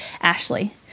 Ashley